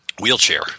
wheelchair